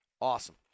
awesome